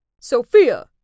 Sophia